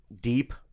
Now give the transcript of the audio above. deep